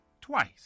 twice